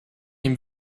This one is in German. ihm